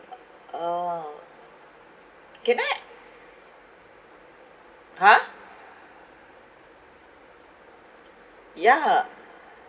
orh can I ah yeah